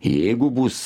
jeigu bus